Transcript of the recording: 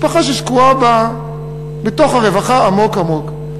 משפחה ששקועה בתוך הרווחה עמוק עמוק.